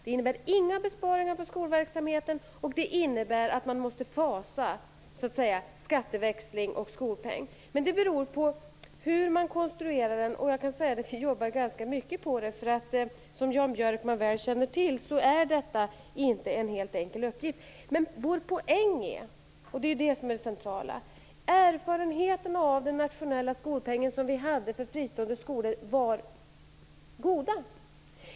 Det innebär att inga besparingar görs på skolverksamheten och att man så att säga måste fasa skatteväxling och skolpeng. Allt beror på hur man konstruerar skolpengen, och vi jobbar ganska mycket med det. Som Jan Björkman väl känner till är det en inte helt enkel uppgift. Men vår poäng är - och det är det centrala - att erfarenheterna av den nationella skolpengen vi hade för fristående skolor var goda.